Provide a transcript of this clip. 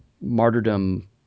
Martyrdom